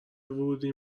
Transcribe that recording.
ورودی